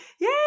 Yay